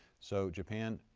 so japan,